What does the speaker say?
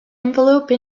envelope